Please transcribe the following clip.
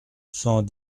cent